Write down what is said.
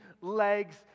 legs